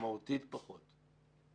משמעותית פחות.